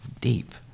deep